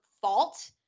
fault